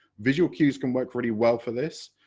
visual cues can work really well for this,